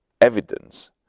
evidence